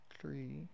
three